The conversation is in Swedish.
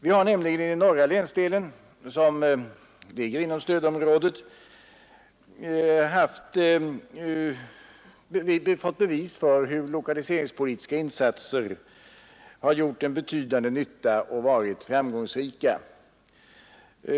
I den norra länsdelen, som ligger inom stödområdet, har vi fått bevis för hur lokaliseringspolitiska insatser gjort en betydande nytta och varit framgångsrika.